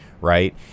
right